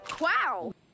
Wow